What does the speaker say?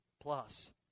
plus